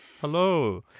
Hello